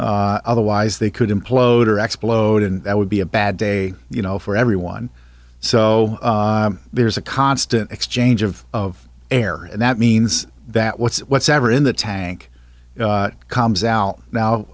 m otherwise they could implode or explode and that would be a bad day you know for everyone so there's a constant exchange of of air and that means that what's whatsoever in the tank calms out